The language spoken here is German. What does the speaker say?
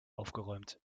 aufgeräumt